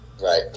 Right